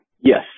Yes